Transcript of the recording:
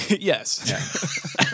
yes